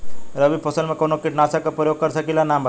रबी फसल में कवनो कीटनाशक के परयोग कर सकी ला नाम बताईं?